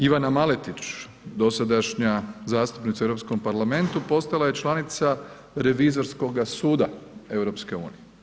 Ivana Maletić, dosadašnja zastupnica u EUorpskom parlamentu postala je članica revizorskoga suda EU.